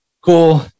cool